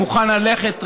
אני מוכן ללכת,